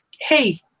Hey